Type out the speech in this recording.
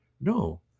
No